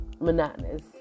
monotonous